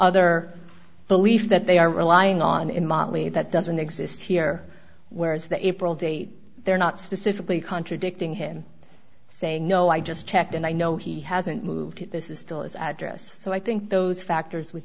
other belief that they are relying on in motley that doesn't exist here whereas the april date they're not specifically contradicting him saying no i just checked and i know he hasn't moved this is still is address so i think those factors w